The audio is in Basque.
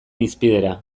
hizpidera